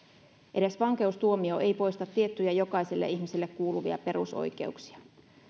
edes vankeustuomio ei poista tiettyjä jokaiselle ihmiselle kuuluvia perusoikeuksia